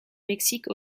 mexique